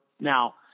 Now